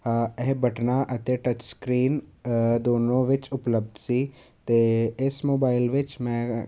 ਇਹ ਬਟਨਾਂ ਅਤੇ ਟੱਚ ਸਕ੍ਰੀਮ ਦੋਨੋਂ ਵਿੱਚ ਉਪਲੱਬਧ ਸੀ ਅਤੇ ਇਸ ਮੋਬਾਇਲ ਵਿੱਚ ਮੈਂ